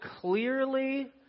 clearly